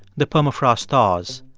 the permafrost thaws.